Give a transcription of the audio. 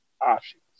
options